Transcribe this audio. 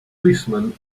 policemen